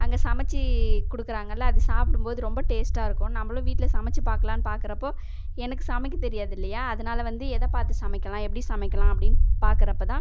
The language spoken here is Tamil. அங்கே சமைச்சு கொடுக்குறாங்கள்ல அது சாப்பிடும்போது ரொம்ப டேஸ்ட்டாருக்கும் நம்மளும் வீட்டில் சமைச்சு பாக்கலான்னு பார்க்குறப்போ எனக்கு சமைக்க தெரியாதில்லையா அதனால் வந்து எதை பார்த்து சமைக்கலாம் எப்படி சமைக்கலாம் அப்படின்னு பார்க்கறப்ப தான்